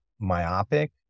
myopic